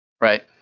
right